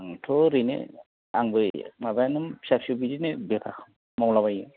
आंथ' ओरैनो आंबो माबायानो फिसा फिसौ बिदिनो बेफार मावलाबायो